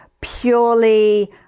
purely